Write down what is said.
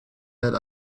that